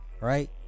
right